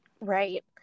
Right